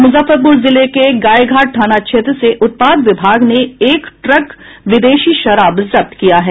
मुजफ्फरपुर जिले के गायघाट थाना क्षेत्र से उत्पाद विभाग ने एक ट्रक विदेशी शराब जब्त किया है